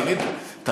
קצת יותר טוב.